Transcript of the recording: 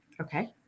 okay